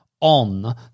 on